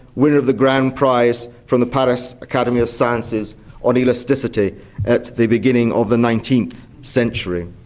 winner of the grand prize from the paris academy of sciences on elasticity at the beginning of the nineteenth century.